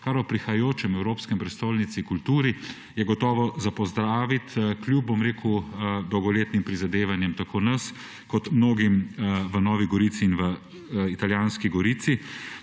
kar je v prihajajoči Evropski prestolnici kulture gotovo za pozdraviti, po dolgoletnih prizadevanjih tako nas kot mnogih v Novi Gorici in italijanski Gorici.